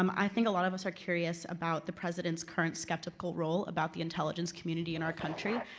um i think a lot of us are curious about the president's current skeptical role about the intelligence community in our country.